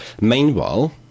Meanwhile